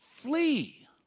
Flee